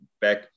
back